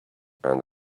and